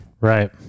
Right